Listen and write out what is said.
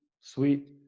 sweet